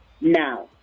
Now